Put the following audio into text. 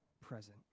present